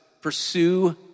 pursue